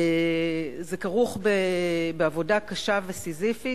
זה כרוך בעבודה קשה וסיזיפית,